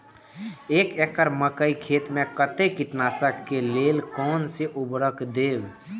एक एकड़ मकई खेत में कते कीटनाशक के लेल कोन से उर्वरक देव?